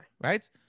Right